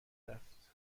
رفت